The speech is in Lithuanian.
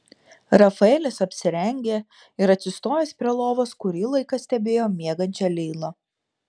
rafaelis apsirengė ir atsistojęs prie lovos kurį laiką stebėjo miegančią leilą